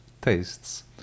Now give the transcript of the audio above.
tastes